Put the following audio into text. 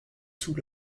sous